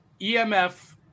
EMF